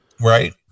right